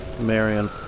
Marion